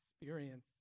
experience